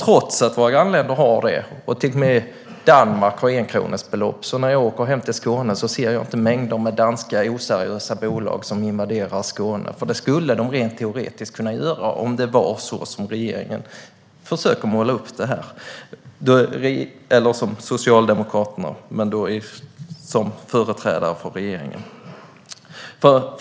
Trots att våra grannländer har detta belopp, och Danmark har 1 krona, ser jag inte när jag åker hem till Skåne mängder med oseriösa danska bolag som invaderar Skåne. Det skulle de rent teoretiskt kunna göra om det är så som Socialdemokraterna som företrädare för regeringen försöker måla upp.